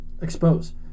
expose